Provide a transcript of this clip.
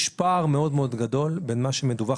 יש פער מאוד מאוד גדול בין מה שמדווח